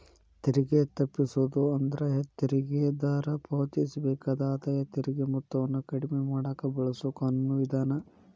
ತೆರಿಗೆ ತಪ್ಪಿಸೋದು ಅಂದ್ರ ತೆರಿಗೆದಾರ ಪಾವತಿಸಬೇಕಾದ ಆದಾಯ ತೆರಿಗೆ ಮೊತ್ತವನ್ನ ಕಡಿಮೆ ಮಾಡಕ ಬಳಸೊ ಕಾನೂನು ವಿಧಾನ